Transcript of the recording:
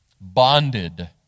bonded